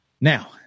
Now